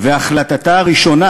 והחלטתה הראשונה